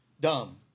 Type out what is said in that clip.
Dumb